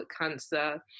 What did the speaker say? cancer